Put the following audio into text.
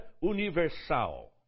Universal